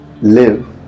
live